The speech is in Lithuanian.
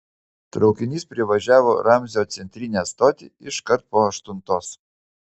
traukinys privažiavo ramzio centrinę stotį iškart po aštuntos